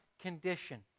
condition